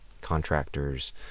contractors